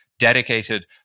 dedicated